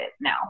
now